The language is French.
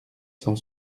cent